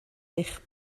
eich